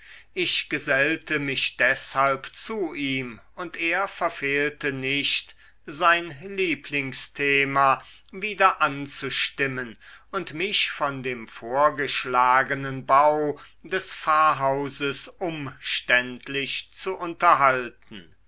ich gesellte mich deshalb zu ihm und er verfehlte nicht sein lieblingsthema wieder anzustimmen und mich von dem vorgeschlagenen bau des pfarrhauses umständlich zu unterhalten